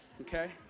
Okay